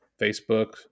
Facebook